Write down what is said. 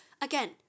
Again